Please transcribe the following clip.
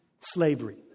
slavery